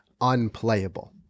unplayable